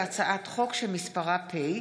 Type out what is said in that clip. הצעת חוק השיפוט הצבאי